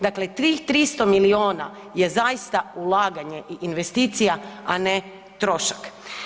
Dakle, tih 300 milijuna je zaista ulaganje i investicija, a ne trošak.